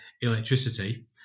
electricity